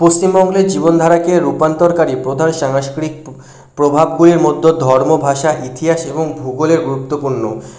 পশ্চিমবঙ্গের জীবনধারাকে রূপান্তরকারি প্রধান সাংস্কৃতিক প্রভাবগুলির মধ্যে ধর্ম ভাষা ইতিহাস এবং ভূগোলই গুরুত্বপূর্ণ